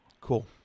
Cool